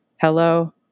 Hello